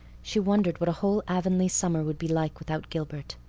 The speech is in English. she wondered what a whole avonlea summer would be like without gilbert.